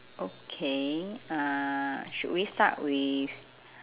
okay uh should we start with